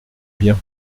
bien